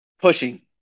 pushing